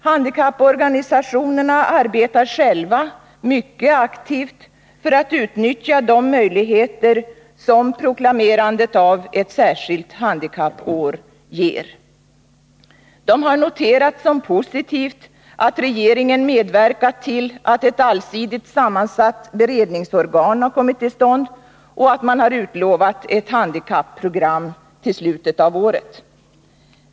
Handikapporganisationerna arbetar själva mycket aktivt för att utnyttja de möjligheter som proklamerandet av ett särskilt handikappår ger. De har noterat som positivt att regeringen har medverkat till att ett allsidigt sammansatt beredningsorgan har kommit till stånd och att man har utlovat ett handikapprogram till slutet av året.